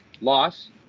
loss